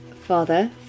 Father